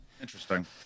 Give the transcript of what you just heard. Interesting